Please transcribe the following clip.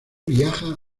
viaja